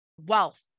wealth